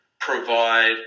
provide